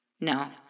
No